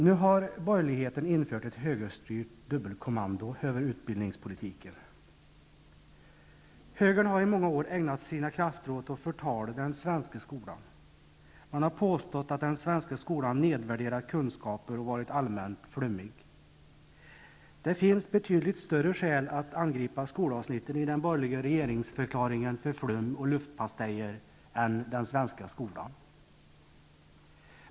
Nu har borgerligheten infört ett högerstyrt dubbelkommando över utbildningspolitiken. Högern har i många år ägnat sina krafter åt att förtala den svenska skolan. Man har påstått att den svenska skolan nedvärderat kunskaper och varit allmänt flummig. Det finns betydligt större skäl att angripa skolavsnitten i den borgerliga regeringsförklaringen för flum och luftpastejer än den svenska skolan.